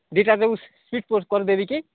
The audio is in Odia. ଦୁଇଟା ଯେଉଁ ସ୍ପିଡ଼୍ ପୋଷ୍ଟ୍ କରିଦେବି କି